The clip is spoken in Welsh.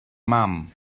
mam